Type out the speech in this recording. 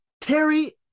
Terry